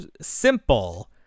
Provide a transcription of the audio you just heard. simple